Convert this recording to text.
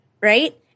right